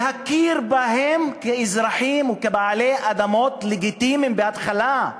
להכיר בהם כאזרחים וכבעלי אדמות לגיטימיים בהתחלה,